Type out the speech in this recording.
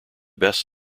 best